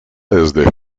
desde